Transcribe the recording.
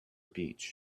beach